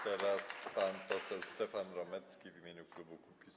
Teraz pan poseł Stefan Romecki w imieniu klubu Kukiz’15.